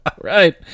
right